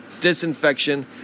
disinfection